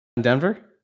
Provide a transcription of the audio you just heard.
Denver